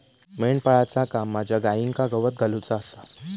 मेंढपाळाचा काम माझ्या गाईंका गवत घालुचा आसा